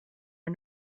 are